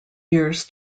years